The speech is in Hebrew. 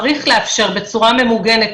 צריך לאפשר בצורה ממוגנת.